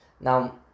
Now